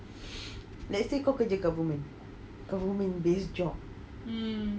let's say kau kerja government government based job